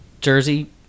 jersey